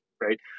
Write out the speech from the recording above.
right